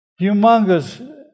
Humongous